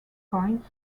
coins